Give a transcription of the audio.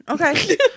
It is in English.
okay